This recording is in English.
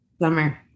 summer